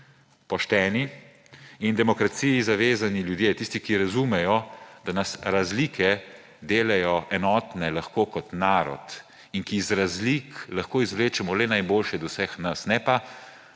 pošteni in demokraciji zavezani ljudje. Tisti, ki razumejo, da nas razlike delajo enotne lahko kot narod, in ki razumejo, da iz razlik lahko izvlečemo le najboljše od vseh nas. Ne pa